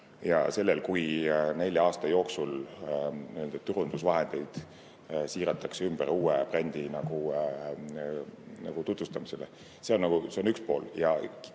sellel, kui nelja aasta jooksul nii-öelda turundusvahendeid siiratakse ümber uue brändi tutvustamisele. See on üks pool.